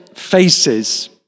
faces